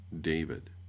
david